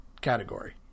category